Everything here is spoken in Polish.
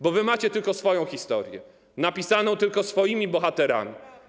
Bo wy macie tylko swoją historię, napisaną tylko swoimi bohaterami.